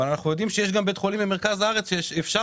אבל אנחנו יודעים שיש בית חולים במרכז הארץ שאפשרתם